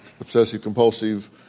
obsessive-compulsive